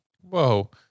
Whoa